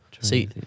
See